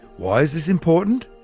why is this important?